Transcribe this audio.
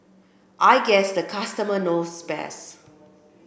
I guess the customer knows best